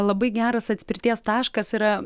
labai geras atspirties taškas yra